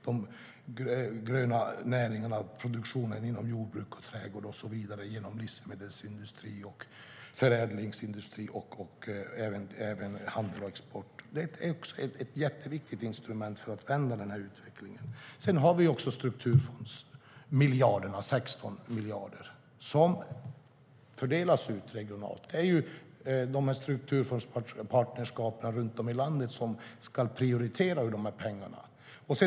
De gröna näringarna - produktionen inom jordbruk, trädgård, livsmedelsindustri, förädlingsindustri och även handel och export - är också viktiga instrument för att vända utvecklingen. Sedan har vi också strukturmiljarderna, 16 miljarder, som fördelas regionalt. Det är Strukturpartnerskapet runt om i landet som ska prioritera hur de pengarna ska fördelas.